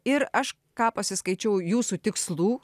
ir aš ką pasiskaičiau jūsų tikslų